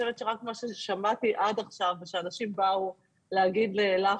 שמעתי עד עכשיו שאנשים באו להגיד לך,